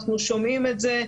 אנחנו שומעים את זה.